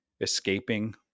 escaping